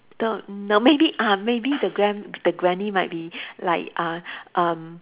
the no maybe ah maybe the gram~ the granny might be like uh um